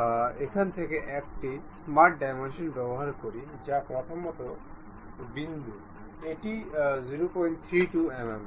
আপনি উইড্থ মেট ব্যবহার করতে পারেন যা রেফারেন্স 1 এবং